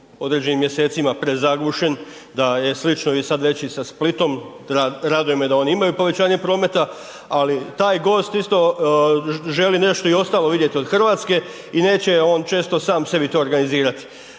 određenim mjesecima prezagušen, da je slično i sad već i sa Splitom, raduje me da oni imaju povećanje prometa, ali taj gost isto želi nešto ostalo vidjeti od RH i neće on često sam sebi to organizirati.